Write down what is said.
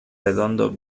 redondo